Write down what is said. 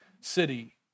city